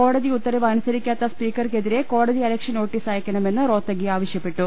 കോടതി ഉത്തരവ് അനുസരിക്കാത്ത സ്പീക്കർക്കെതിരെ കോടതി യലക്ഷ്യ നോട്ടീസ് അയക്കണമെന്ന് റോത്തഗി ആവശ്യപ്പെട്ടു